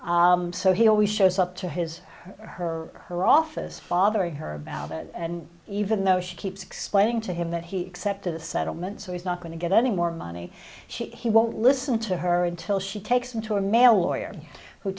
money so he always shows up to his her her office bothering her about it and even though she keeps explaining to him that he accepted the settlement so he's not going to get any more money she he won't listen to her until she takes him to a male lawyer who